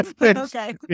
Okay